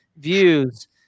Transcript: views